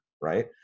right